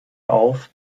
auf